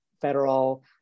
federal